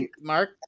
Mark